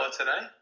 today